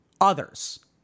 others